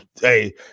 hey